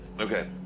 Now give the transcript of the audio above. Okay